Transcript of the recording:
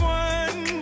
one